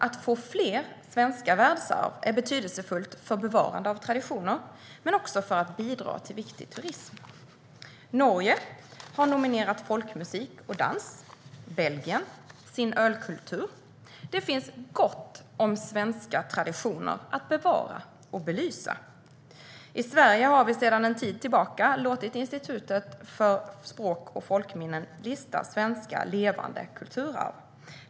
Att få fler svenska världsarv är betydelsefullt för bevarande av traditioner men också för att bidra till viktig turism. Norge har nominerat folkmusik och dans och Belgien sin ölkultur. Det finns gott om svenska traditioner att bevara och belysa. I Sverige har vi sedan en tid tillbaka låtit Institutet för språk och folkminnen lista svenska levande kulturarv.